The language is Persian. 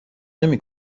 نمی